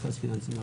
התקציבים,